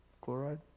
chloride